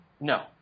No